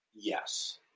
Yes